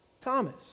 Thomas